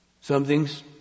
Something's